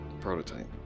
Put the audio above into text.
Prototype